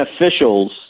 officials